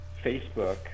Facebook